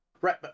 Right